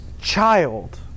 child